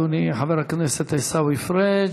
אדוני חבר הכנסת עיסאווי פריג'.